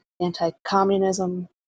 anti-communism